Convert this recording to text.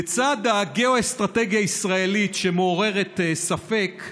לצד הגיאו-אסטרטגיה הישראלית, שמעוררת ספק,